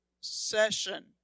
session